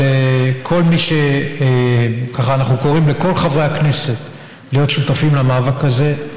אבל אנחנו קוראים לכל חברי הכנסת להיות שותפים למאבק הזה,